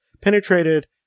penetrated